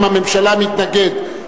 אם הממשלה מתנגדת,